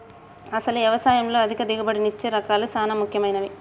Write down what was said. అసలు యవసాయంలో అధిక దిగుబడినిచ్చే రకాలు సాన ముఖ్యమైనవి